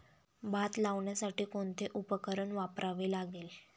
भात लावण्यासाठी कोणते उपकरण वापरावे लागेल?